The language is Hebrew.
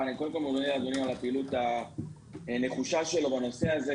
אני קודם כול מודה לאדוני על הפעילות הנחושה שלו בנושא הזה,